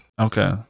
okay